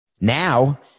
Now